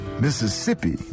Mississippi